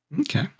Okay